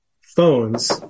phones